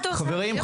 את --- חברים,